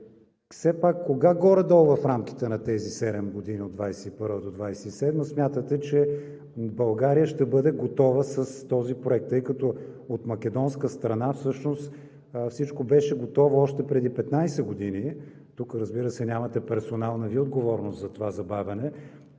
изтича: кога горе-долу в рамките на тези седем години – от 2021-а до 2027 г., смятате, че България ще бъде готова с този проект, тъй като от македонска страна всъщност всичко беше готово още преди 15 години? Тук, разбира се, Вие нямате персонална отговорност за това забавяне.